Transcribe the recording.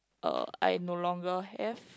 uh I no longer have